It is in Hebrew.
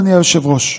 אדוני היושב-ראש,